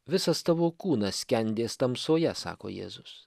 visas tavo kūnas skendės tamsoje sako jėzus